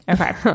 Okay